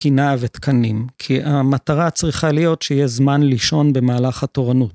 תקינה ותקנים, כי המטרה צריכה להיות שיהיה זמן לישון במהלך התורנות.